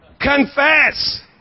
Confess